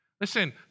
Listen